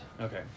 Okay